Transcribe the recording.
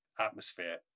atmosphere